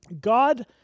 God